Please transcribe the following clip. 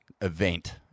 event